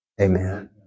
Amen